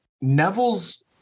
Neville's